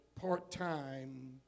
part-time